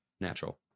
natural